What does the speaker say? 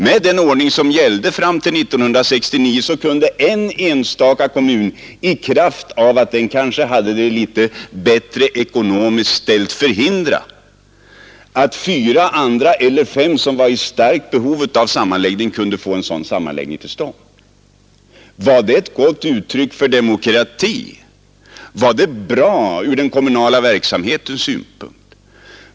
Med den ordning som gällde fram till 1969 kunde en enstaka kommun i kraft av att den kanske hade det litet bättre ställt ekonomiskt förhindra att de fyra eller fem andra kommunerna i blocket fick den sammanläggning till stånd som de var i så starkt behov av. Var det ett gott uttryck för demokrati, eller var det bra ur den kommunala verksamhetens synpunkt?